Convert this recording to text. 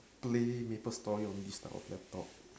play Maplestory on this type of laptop